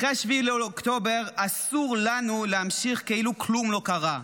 אחרי 7 באוקטובר אסור לנו להמשיך כאילו כלום לא קרה.